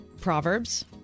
Proverbs